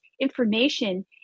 information